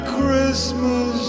Christmas